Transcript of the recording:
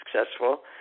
successful